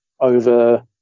over